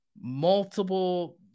multiple